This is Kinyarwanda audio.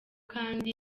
kandi